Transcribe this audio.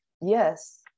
yes